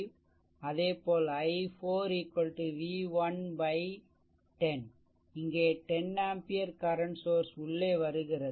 அதேபோல் i4 v1 10 இங்கே 10 ampere current source உள்ளே வருகிறது